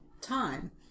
time